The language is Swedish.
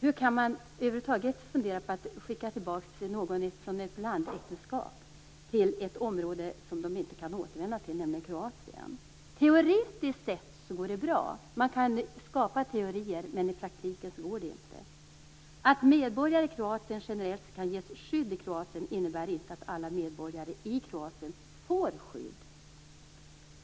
Hur kan man över huvud taget fundera på att skicka tillbaks någon från ett blandäktenskap till ett område som de inte kan återvända till, nämligen Kroatien? Teoretiskt sett går det bra. Man kan skapa teorier, men i praktiken går det inte. Att medborgare i Kroatien generellt kan ges skydd i Kroatien innebär inte att alla medborgare i Kroatien får skydd.